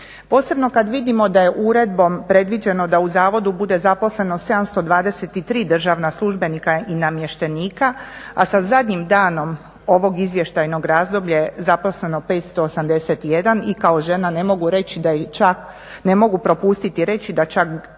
Posebno kad vidimo da je uredbom predviđeno da u zavodu bude zaposleno 723 državna službenika i namještenika, a sa zadnjim danom ovog izvještajnog razdoblja je zaposleno 581 i kao žena ne mogu propustiti reći da čak gotovo